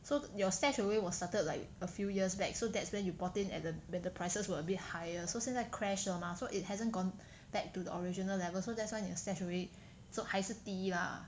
so your stash away was started like a few years back so that's when you bought in at when the better prices was a bit higher so 现在 crash 了 mah so it hasn't gone back to the original level so that's why 你的 stash away 还是低 lah